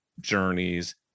journeys